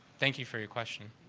thank you for your question.